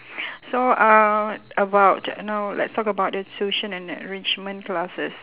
so uh about no let's talk about the tuition and enrichment classes